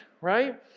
Right